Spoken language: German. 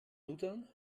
nudeln